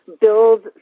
build